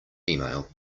email